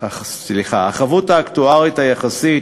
האקטוארית היחסית